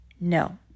No